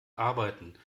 arbeiten